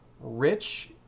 rich